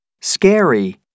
Scary